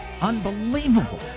Unbelievable